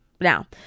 Now